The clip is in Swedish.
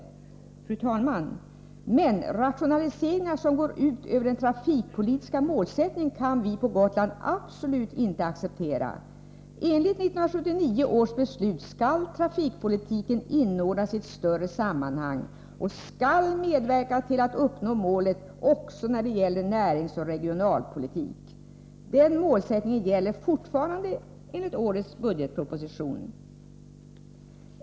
Men, fru talman, rationaliseringar som går ut över den trafikpolitiska målsättningen kan vi på Gotland absolut inte acceptera. Enligt 1979 års beslut skall trafikpolitiken inordnas i ett större sammanhang och medverka till att uppnå målet också när det gäller näringsoch regionalpolitik. Den målsättningen gäller fortfarande enligt årets budgetproposition.